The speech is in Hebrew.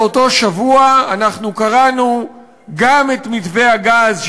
באותו שבוע אנחנו קראנו גם את מתווה הגז,